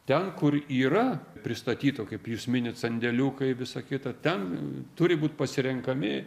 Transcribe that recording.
ten kur yra pristatyta kaip jūs minit sandėliukai visa kita ten turi būt pasirenkami